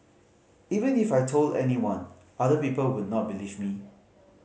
even if I told anyone other people would not believe me